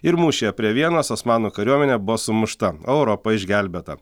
ir mūšyje prie vienos osmanų kariuomenė buvo sumušta o europa išgelbėta